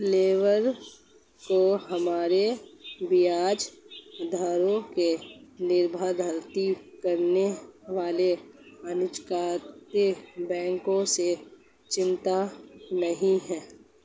labour को हमारी ब्याज दरों को निर्धारित करने वाले अनिर्वाचित बैंकरों से चिंतित नहीं है